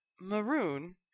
Maroon